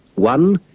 one,